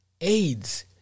AIDS